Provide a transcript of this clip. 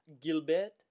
Gilbert